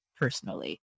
personally